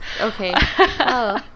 Okay